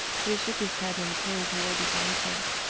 he shook his head and turned toward his arm-chair.